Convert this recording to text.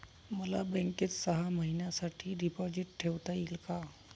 मला बँकेत सहा महिन्यांसाठी डिपॉझिट ठेवता येईल का?